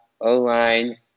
O-line